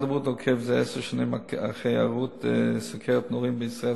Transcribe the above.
הבריאות עוקב זה עשר שנים אחרי היארעות סוכרת נעורים בישראל,